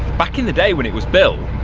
back in the day when it was built,